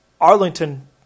Arlington